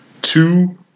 two